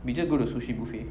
we just go the sushi buffet